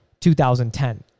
2010